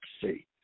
see